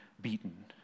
beaten